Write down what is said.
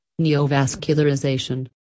neovascularization